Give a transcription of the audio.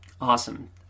Awesome